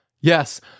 Yes